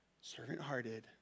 servant-hearted